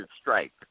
strike